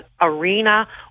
arena